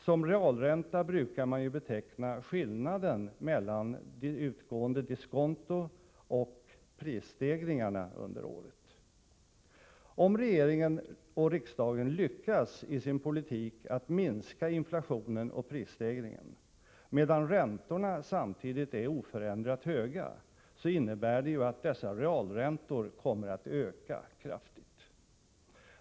Som realränta brukar man ju beteckna skillnaden mellan utgående diskonto och prisstegringarna under året. Om regeringen och riksdagen lyckas i sin politik att minska inflationen och prisstegringen, medan räntorna samtidigt är oförändrat höga, så innebär det ju att dessa realräntor kommer att öka kraftigt.